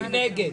מי נגד,